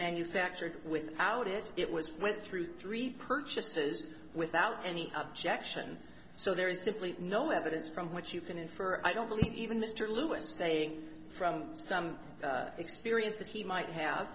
manufactured without it it was went through three purchases without any objection so there is simply no evidence from which you can infer i don't believe even mr lewis saying from some experience that he might have